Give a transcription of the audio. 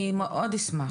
אני מאוד אשמח.